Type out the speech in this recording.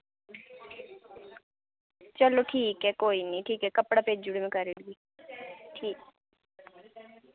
चलो ठीक ऐ कोई नि ठीक ऐ कपड़ा भेजुड़ेओ में करी ओड़गी ठीक